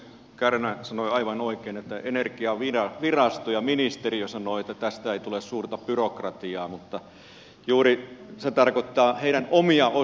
kärnä sanoi aivan oikein että energiavirasto ja ministeriö sanovat että tästä ei tule suurta byrokratiaa mutta se tarkoittaa juuri heidän omia osioitaan